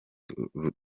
turwana